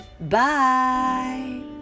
Bye